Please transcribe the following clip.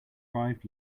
arrived